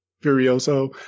Furioso